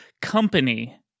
company